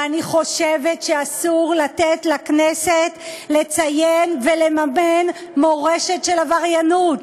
ואני חושבת שאסור לתת לכנסת לציין ולממן מורשת של עבריינות.